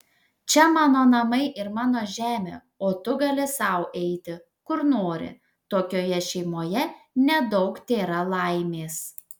čia mano namai ir mano žemė o tu gali sau eiti kur nori tokioje šeimoje nedaug tėra laimės